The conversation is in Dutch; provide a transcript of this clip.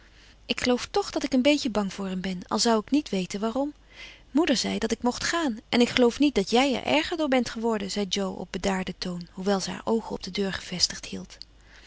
ik geloof toch dat ik een beetje bang voor hem ben al zou ik niet weten waarom moeder zei dat ik mocht gaan en ik geloof niet dat jij er erger door bent geworden zei jo op bedaarden toon hoewel ze haar oogen op de deur gevestigd hield